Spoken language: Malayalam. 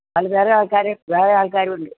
അത് വേറെ ആൾക്കാർ വേറെ ആൾക്കാരുണ്ട്